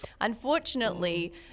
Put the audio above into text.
Unfortunately